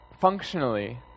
functionally